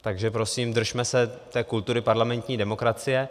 Takže prosím, držme se té kultury parlamentní demokracie.